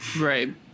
Right